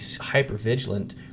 hyper-vigilant